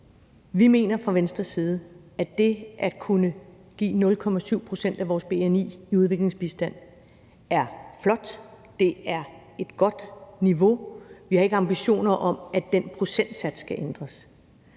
Vi mener fra Venstres side, at det at kunne give 0,7 pct. af vores bni i udviklingsbistand er flot – det er et godt niveau. Vi har ingen ambitioner om, at den procentsats skal ændres.